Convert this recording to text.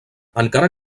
encara